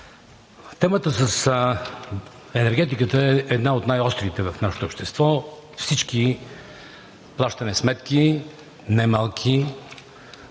Темата с енергетиката е една от най-острите в нашето общество. Всички плащаме сметки – немалки,